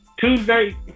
Tuesday